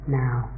now